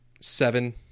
Seven